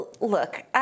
look—